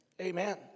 Amen